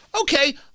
okay